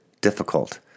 difficult